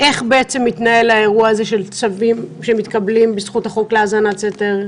איך מתנהל האירוע הזה של צווים שמתקבלים בזכות החוק להאזנת סתר,